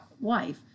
wife